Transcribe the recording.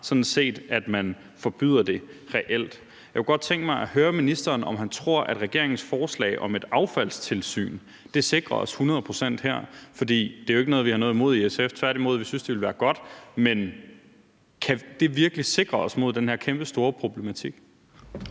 sådan set bare, at man forbyder det reelt. Jeg kunne godt tænke mig at høre ministeren, om han tror, at regeringens forslag om et affaldstilsyn sikrer os hundrede procent her? For det er jo ikke noget, vi har noget imod i SF. Tværtimod synes vi, at det ville være godt. Men kan det virkelig sikre os mod den her kæmpestore problematik?